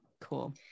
Cool